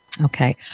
Okay